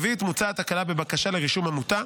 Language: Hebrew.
4. מוצעת הקלה בבקשה לרישום עמותה,